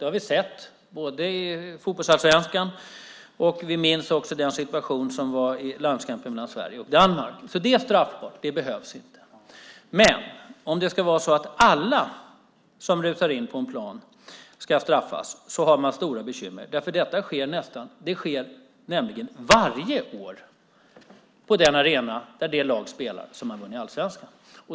Det har vi sett, både i fotbollsallsvenskan och i andra situationer - vi minns den situation som var vid landskampen mellan Sverige och Danmark. Så detta är redan straffbart och behövs inte. Men om alla som rusar in på en plan ska straffas har man stora bekymmer. Detta sker nämligen varje år på den arena där det lag spelar som har vunnit allsvenskan.